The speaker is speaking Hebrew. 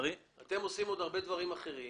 אתם עושים עוד הרבה דברים אחרים.